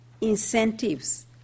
incentives